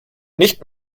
nicht